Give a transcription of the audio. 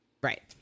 right